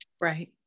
right